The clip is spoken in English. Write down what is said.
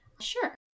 Sure